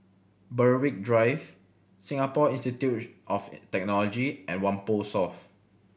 Berwick Drive Singapore Institute of Technology and Whampoa South